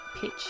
pitch